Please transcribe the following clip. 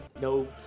no